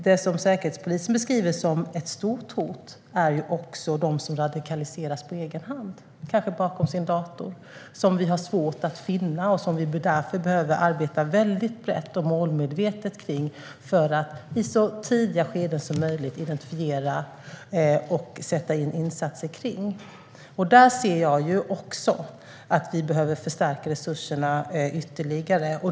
Det som säkerhetspolisen beskriver som ett stort hot är de som radikaliseras på egen hand, kanske bakom sin dator, som vi har svårt att finna och som vi därför behöver arbeta väldigt brett och målmedvetet kring för att i så tidiga skeden som möjligt identifiera och sätta in insatser mot. Där ser jag att vi behöver förstärka resurserna ytterligare.